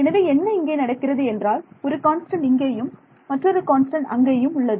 எனவே என்ன இங்கே நடக்கிறது என்றால் ஒரு கான்ஸ்டன்ட் இங்கேயும் மற்றொரு கான்ஸ்டன்ட் அங்கேயும் உள்ளது